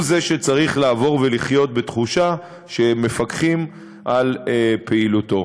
הוא שצריך לעבור ולחיות בתחושה שמפקחים על פעילותו.